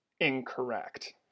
incorrect